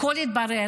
הכול יתברר,